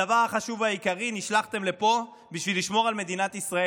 הדבר החשוב והעיקרי הוא שנשלחתם לפה בשביל לשמור על מדינת ישראל,